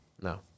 No